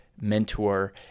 mentor